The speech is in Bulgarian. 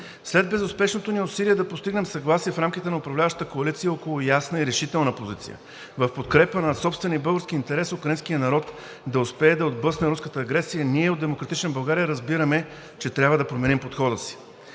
След безуспешното ни усилие да постигнем съгласие в рамките на управляващата коалиция около ясна и решителна позиция в подкрепа на собствения български интерес – украинският народ да успее да отблъсне руската агресия, ние от „Демократична България“ разбираме, че трябва да променим подхода си.